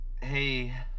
Hey